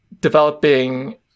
developing